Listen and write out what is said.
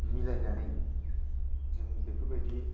मिलायनानै जों बेफोरबायदि